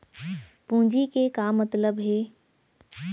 पूंजी के का मतलब हे?